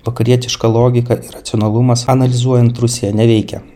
vakarietiška logika ir racionalumas analizuojant rusiją neveikia